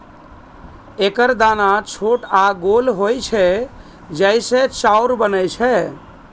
एकर दाना छोट आ गोल होइ छै, जइसे चाउर बनै छै